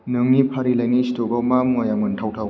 नोंनि फारिलाइनि स्तकाव मा मुवाया मोनथावथाव